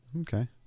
Okay